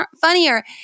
funnier